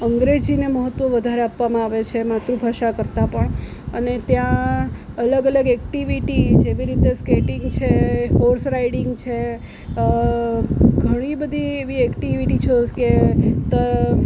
અંગ્રેજીને મહત્ત્વ વધારે આપવામાં આવે છે એ માતૃભાષા કરતાં પણ અને ત્યાં અલગ અલગ એક્ટિવિટી જેવી રીતે સ્કેટિંગ છે હોર્સ રાઇડિંગ છે ઘણી બધી એવી એક્ટિવિટી છે કે ત